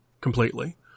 completely